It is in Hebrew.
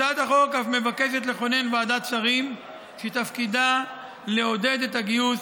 הצעת החוק אף מבקשת לכונן ועדת שרים שתפקידה לעודד את הגיוס,